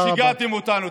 שיגעתם אותנו.